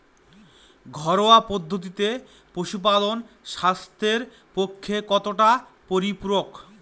ঘরোয়া পদ্ধতিতে পশুপালন স্বাস্থ্যের পক্ষে কতটা পরিপূরক?